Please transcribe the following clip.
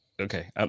okay